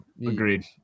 Agreed